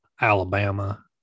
Alabama